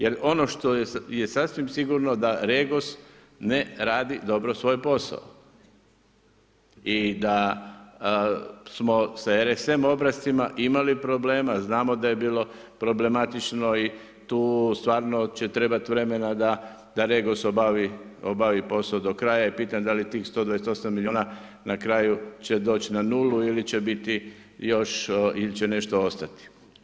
Jer ono što je sasvim sigurno da REGOS ne radi dobro svoj posao i da smo sa RSM obrascima imali problema, znamo da je bilo problematično i tu stvarno će trebati vremena da REGOS obavi posao do kraja i pitam da li je tih 128 milijuna na kraju će doći na nulu ili će još nešto ostati.